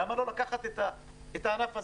למה לא לקחת את הענף הזה,